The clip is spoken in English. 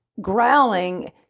growling